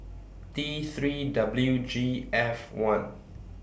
T three W G F one